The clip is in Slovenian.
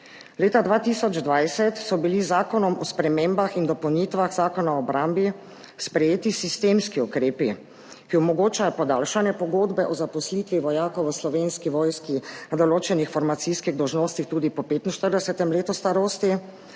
Leta 2020 so bili z Zakonom o spremembah in dopolnitvah Zakona o obrambi sprejeti sistemski ukrepi, ki omogočajo podaljšanje pogodbe o zaposlitvi vojakov v Slovenski vojski na določenih formacijskih dolžnostih tudi po 45. letu starosti